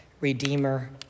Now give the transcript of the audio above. redeemer